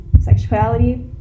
sexuality